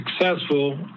successful